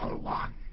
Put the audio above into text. one